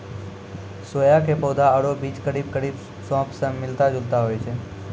सोया के पौधा आरो बीज करीब करीब सौंफ स मिलता जुलता होय छै